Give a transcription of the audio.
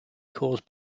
caused